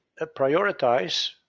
prioritize